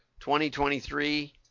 2023